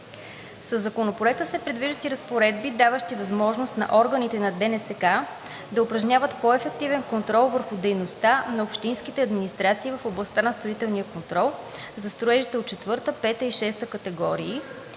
Със Законопроекта се предвиждат и разпоредбите, даващи възможност на органите на ДНСК да упражняват по-ефективен контрол върху дейността на общинските администрации в областта на строителния контрол за строежите от четвърта,